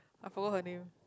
I forgot her name